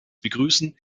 begrüßen